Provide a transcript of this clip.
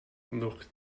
look